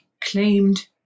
claimed